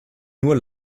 nur